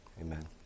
Amen